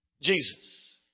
Jesus